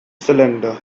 cylinder